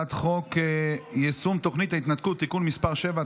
הצעת חוק יישום תוכנית ההתנתקות (תיקון מס' 7),